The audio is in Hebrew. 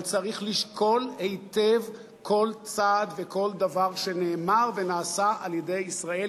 אבל צריך לשקול היטב כל צעד וכל דבר שנאמר ונעשה על-ידי ישראל,